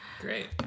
Great